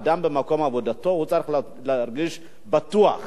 אדם במקום עבודתו צריך להרגיש בטוח,